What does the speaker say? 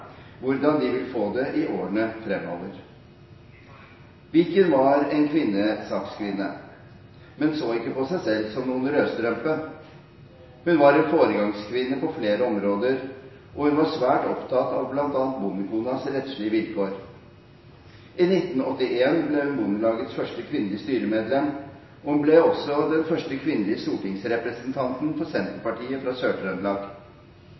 Hvordan vil de få det i årene fremover? Viken var en kvinnesakskvinne, men så ikke på seg selv som noen «rødstrømpe». Hun var en foregangskvinne på flere områder, og hun var svært opptatt av bl.a. bondekonas rettslige vilkår. I 1981 ble hun Bondelagets første kvinnelige styremedlem, og hun ble også den første fast innvalgte kvinnelige stortingsrepresentanten for